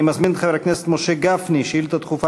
אני מזמין את חבר הכנסת משה גפני לשאילתה דחופה